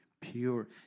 pure